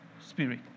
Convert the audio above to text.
spirit